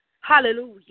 hallelujah